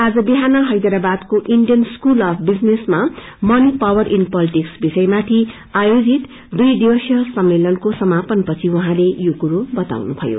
आज विहान हैदराबादको इण्डियन स्कूल अफ विजनेस मा मी पावर इन पोल्टिक्स विषयमाथि आयोजित दुई दिवसीय सम्मेलनको समापनपछि उहाँले सो कुरो बताउनुभयो